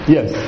Yes